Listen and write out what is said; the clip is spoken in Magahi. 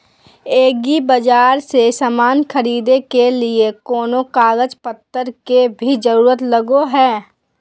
एग्रीबाजार से समान खरीदे के लिए कोनो कागज पतर के भी जरूरत लगो है?